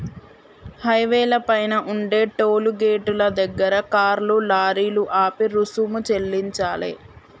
హైవేల పైన ఉండే టోలు గేటుల దగ్గర కార్లు, లారీలు ఆపి రుసుము చెల్లించాలే